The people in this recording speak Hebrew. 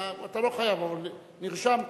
אתה לא חייב, אבל נרשמת.